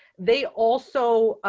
they also